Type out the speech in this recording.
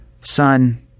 son